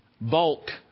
bulk